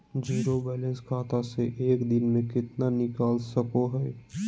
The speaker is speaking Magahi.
जीरो बायलैंस खाता से एक दिन में कितना निकाल सको है?